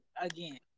again